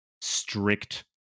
strict